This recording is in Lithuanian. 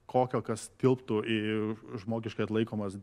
kokio kas tilptų į žmogiškai atlaikomas